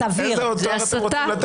איזה עוד תואר אתם רוצים לתת לי?